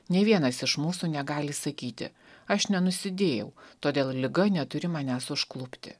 nei vienas iš mūsų negali sakyti aš nenusidėjau todėl liga neturi manęs užklupti